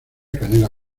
canela